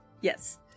Yes